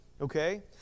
Okay